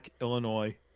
Illinois